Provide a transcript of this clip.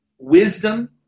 wisdom